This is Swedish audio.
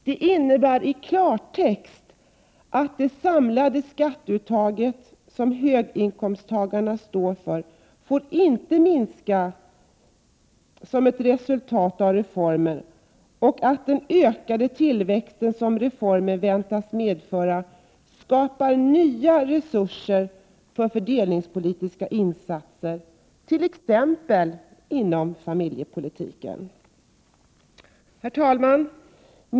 Det innebär i klartext att det samlade skatteuttag som höginkomsttagarna står för inte får minska som ett resultat av reformen och att den ökade tillväxt som reformen väntas medföra skapar nya resurser för fördelningspolitiska insatser, t.ex. inom familjepolitiken. Herr talman!